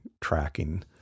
tracking